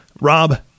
Rob